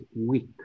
weak